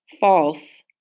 false